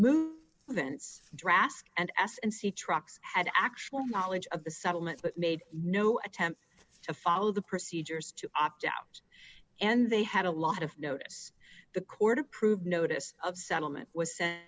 move vence drasko and s and c trucks had actual knowledge of the settlement but made no attempt to follow the procedures to opt out and they had a lot of notice the court approved notice of settlement was